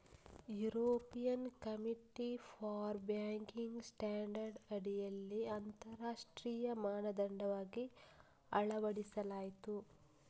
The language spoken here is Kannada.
European committee for banking standard ಅಡಿಯಲ್ಲಿ ಅಂತರರಾಷ್ಟ್ರೀಯ ಮಾನದಂಡವಾಗಿ ಅಳವಡಿಸಲಾಯಿತು